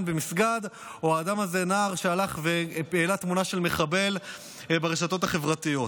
במסגד או האדם הזה נער שהלך והעלה תמונה של מחבל ברשתות החברתיות.